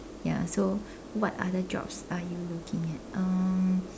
ya so what other jobs are you looking at um